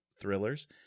thrillers